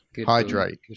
Hydrate